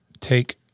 take